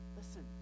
listen